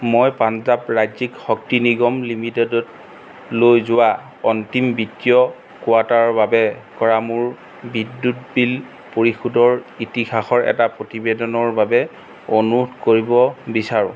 মই পঞ্জাৱ ৰাজ্যিক শক্তি নিগম লিমিটেডতলৈ যোৱা অন্তিম বিত্তীয় কোৱাৰ্টাৰৰ বাবে কৰা মোৰ বিদ্যুৎ বিল পৰিশোধৰ ইতিহাসৰ এটা প্ৰতিবেদনৰ বাবে অনুৰোধ কৰিব বিচাৰোঁ